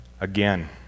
Again